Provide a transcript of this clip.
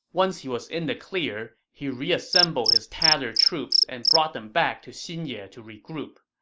once he was in the clear, he reassembled his tattered troops and brought them back to xinye to regroup.